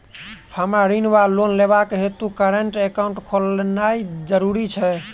हमरा ऋण वा लोन लेबाक हेतु करेन्ट एकाउंट खोलेनैय जरूरी छै?